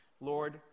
Lord